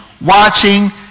watching